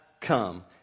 come